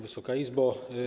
Wysoka Izbo!